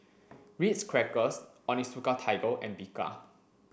Ritz Crackers Onitsuka Tiger and Bika